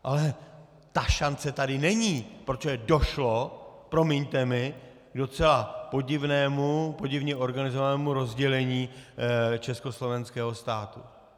Ale ta šance tady není, protože došlo, promiňte mi, k docela podivně organizovanému rozdělení československého státu.